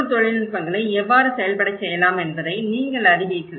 உள்ளூர் தொழில்நுட்பங்களை எவ்வாறு செயல்படச் செய்யலாம் என்பதை நீங்கள் அறிவீர்கள்